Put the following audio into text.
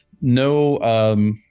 No